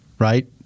right